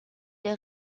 les